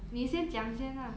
你先讲先 ah